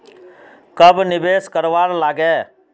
कब निवेश करवार लागे?